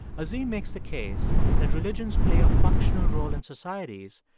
azim makes the case that religions play a functional role in societies,